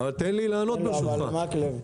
הרב מקלב,